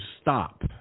stop